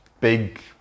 big